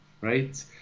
right